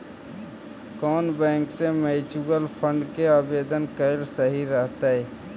कउन बैंक से mutual fund के आवेदन कयल सही रहतई?